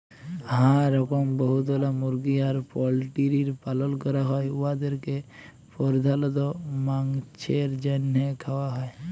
হাঁ রকম বহুতলা মুরগি আর পল্টিরির পালল ক্যরা হ্যয় উয়াদেরকে পর্ধালত মাংছের জ্যনহে খাউয়া হ্যয়